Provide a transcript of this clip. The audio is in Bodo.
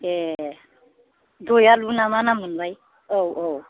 ए दयालु ना मा नाम मोनलाय औ औ